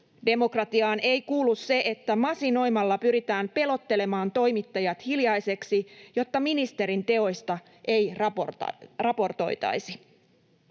Demokratiaan ei kuulu se, että masinoimalla pyritään pelottelemaan toimittajat hiljaisiksi, jotta ministerin teoista ei raportoitaisi.